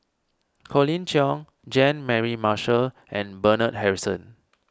Colin Cheong Jean Mary Marshall and Bernard Harrison